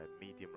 medium